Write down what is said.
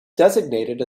designated